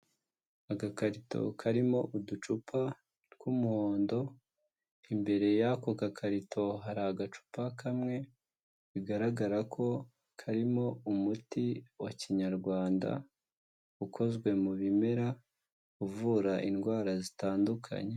Agakarito karimo uducupa tw'umuhondo, imbere y'ako gakarito hari agacupa kamwe, bigaragara ko karimo umuti wa kinyarwanda ukozwe mu bimera uvura indwara zitandukanye.